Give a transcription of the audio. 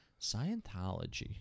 Scientology